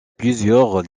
plusieurs